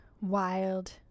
wild